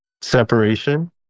separation